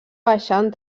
baixant